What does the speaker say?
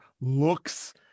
looks